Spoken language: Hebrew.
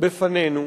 בפנינו